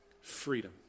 freedom